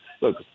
Look